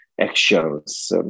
actions